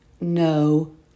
no